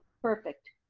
perfect,